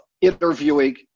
interviewing